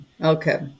Okay